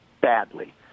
badly